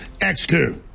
X2